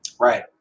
Right